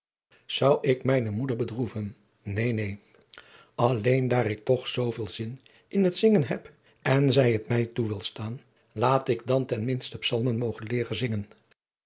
zou ik mijne moeder bedroeven neen neen alleen daar ik toch zoo veel zin in het zingen heb en zij het mij toe wil staan laat ik dan ten minste psalmen mogen leeren zingen